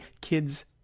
Kids